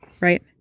right